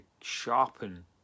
sharpen